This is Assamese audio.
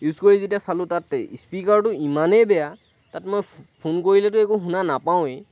ইউজ কৰি যেতিয়া চালোঁ তাত স্পীকাৰটো ইমানেই বেয়া তাত মই ফোন কৰিলেতো একো শুনা নাপাওঁৱেই